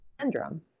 syndrome